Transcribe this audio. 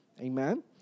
Amen